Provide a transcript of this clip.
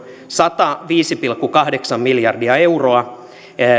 sataviisi pilkku kahdeksan miljardia euroa